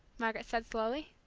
margaret said slowly.